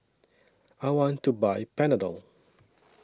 I want to Buy Panadol